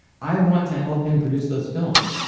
i want to help him produce those films.